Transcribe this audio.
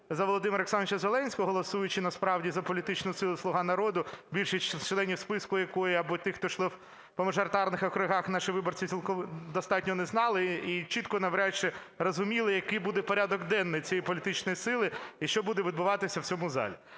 за Володимира Олександровича Зеленського, голосуючи насправді за політичну силу "Слуга народу", більшість членів списку якої або тих, хто йшов по мажоритарних округах, наші виборці цілком достатньо не знали і чітко навряд чи розуміли, який буде порядок денний цієї політичної сили і що буде відбуватися в цьому залі.